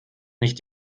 nicht